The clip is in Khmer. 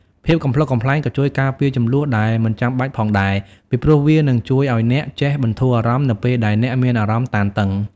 ភាពកំប្លុកកំប្លែងក៏ជួយការពារជម្លោះដែលមិនចាំបាច់ផងដែរ ពីព្រោះវានឹងជួយឱ្យអ្នកចេះបន្ធូរអារម្មណ៍នៅពេលដែលអ្នកមានអារម្មណ៍តានតឹង។